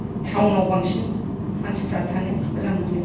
टाउनाव बांसिन मानथिफ्रा थानो मोजां मोनो